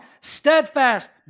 steadfast